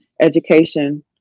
education